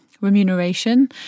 remuneration